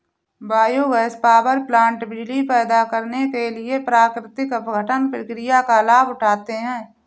biogas power plant बिजली पैदा करने के लिए प्राकृतिक अपघटन प्रक्रिया का लाभ उठाते हैं